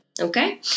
Okay